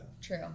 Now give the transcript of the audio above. True